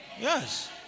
Yes